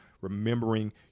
remembering